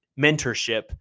mentorship